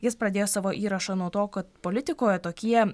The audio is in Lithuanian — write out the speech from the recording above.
jis pradėjo savo įrašą nuo to kad politikoje tokie